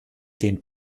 den